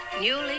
newly